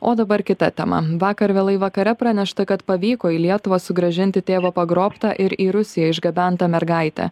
o dabar kita tema vakar vėlai vakare pranešta kad pavyko į lietuvą sugrąžinti tėvo pagrobtą ir į rusiją išgabentą mergaitę